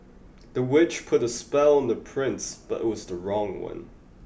the witch put a spell on the prince but it was the wrong one